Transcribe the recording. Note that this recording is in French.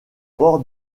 port